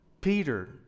Peter